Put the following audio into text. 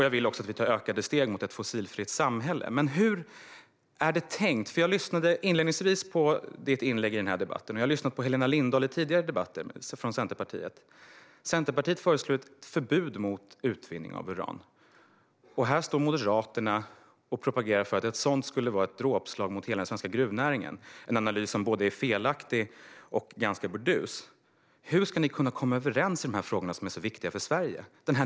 Jag vill också att vi ska ta ökade steg mot ett fossilfritt samhälle. Jag lyssnade inledningsvis på ditt anförande i den här debatten, och jag har lyssnat på Helena Lindahl från Centerpartiet i tidigare debatter. Centerpartiet föreslår ju ett förbud mot utvinning av uran. Här propagerar Moderaterna för att ett sådant förbud skulle vara ett dråpslag mot hela den svenska gruvnäringen. Det är en analys som är både felaktig och ganska burdus. Hur ska ni kunna komma överens i dessa frågor som är så viktiga för Sverige?